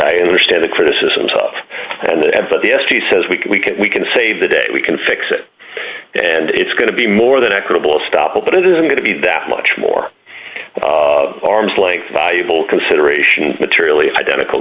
which understand the criticism tough and that the s c says we can we can we can save the day we can fix it and it's going to be more than equitable stoppel but it isn't going to be that much more arm's length valuable consideration materially identical